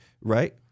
right